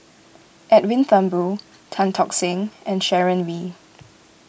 Edwin Thumboo Tan Tock Seng and Sharon Wee